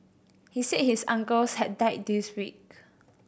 he said his uncle had died this week